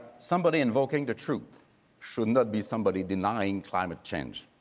somebody invoking the truth should not be somebody denying climate change.